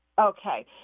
Okay